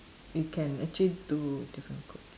you can actually do different cooking